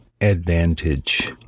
advantage